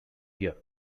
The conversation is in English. here